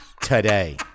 today